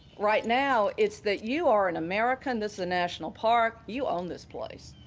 right now, it's that you are an american. this is a national park you own this place.